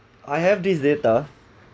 I have this data